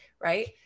right